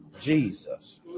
Jesus